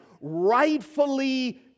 rightfully